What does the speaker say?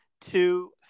two